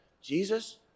Jesus